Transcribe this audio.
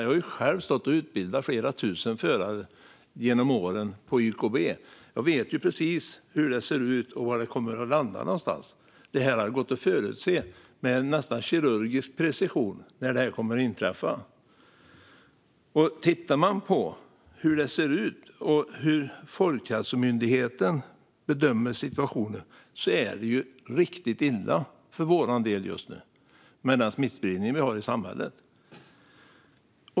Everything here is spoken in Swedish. Jag har själv utbildat flera tusen förare genom åren i YKB och vet precis hur det ser ut och var det kommer att landa. Det hade gått att förutse med nästan kirurgisk precision när det kommer att inträffa. Om man tittar på hur det ser ut och hur Folkhälsomyndigheten bedömer situationen ser man att det är riktigt illa för vår del just nu med den smittspridning som vi har i samhället.